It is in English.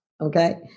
Okay